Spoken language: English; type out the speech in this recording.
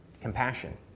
compassion